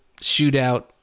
shootout